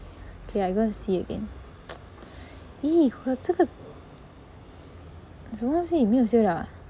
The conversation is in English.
k I gonna see it again !ee! 这个什么东西没有 sale 了 ah